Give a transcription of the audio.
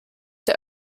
der